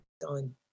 done